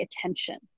attention